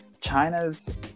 China's